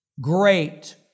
great